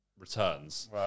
Returns